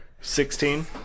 Sixteen